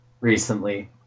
recently